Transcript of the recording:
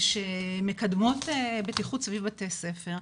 שמקדמות בטיחות סביב בתי ספר.